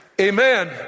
Amen